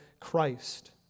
Christ